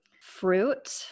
fruit